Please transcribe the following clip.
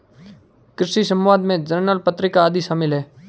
कृषि समवाद में जर्नल पत्रिका आदि शामिल हैं